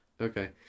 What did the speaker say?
Okay